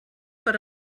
per